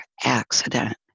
accident